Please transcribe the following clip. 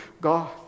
God